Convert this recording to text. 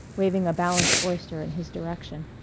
waving a balanced oyster in his direction.